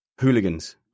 hooligans